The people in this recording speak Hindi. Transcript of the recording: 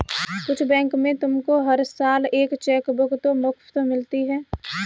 कुछ बैंक में तुमको हर साल एक चेकबुक तो मुफ़्त मिलती है